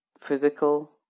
physical